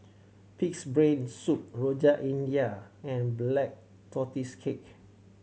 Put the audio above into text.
Pig's Brain Soup Rojak India and Black Tortoise Cake